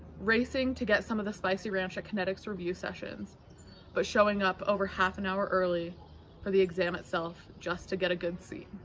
racing to get some of the spicy ranch at kinetics review sessions but showing up over half an hour early for the exam itself just to get a good seat.